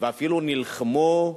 ואפילו נלחמו,